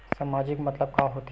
सामाजिक मतलब का होथे?